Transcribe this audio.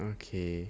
okay